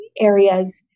areas